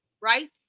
right